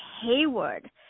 Haywood